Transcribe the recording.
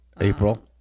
April